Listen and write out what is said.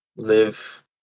live